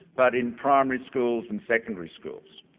but in primary schools and secondary schools.